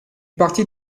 partie